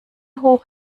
hoch